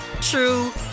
true